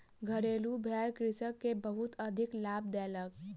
घरेलु भेड़ कृषक के बहुत अधिक लाभ देलक